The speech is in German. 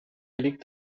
liegt